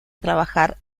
trabajar